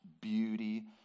beauty